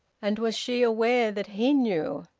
and was she aware that he knew?